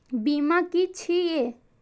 बीमा की छी ये?